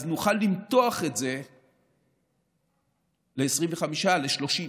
נוכל למתוח את זה ל-25%, ל-30%.